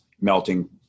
melting